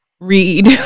read